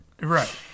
Right